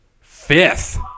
Fifth